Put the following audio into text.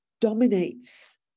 dominates